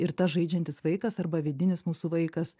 ir tas žaidžiantis vaikas arba vidinis mūsų vaikas